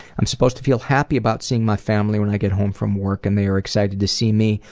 i'm supposed to feel happy about seeing my family when i get home from work and they are excited to see me,